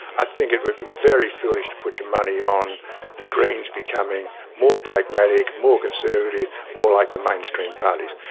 i think it would be very foolish to put your money on the greens becoming more pragmatic, more conservative, more like the mainstream parties.